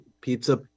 pizza